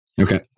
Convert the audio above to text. Okay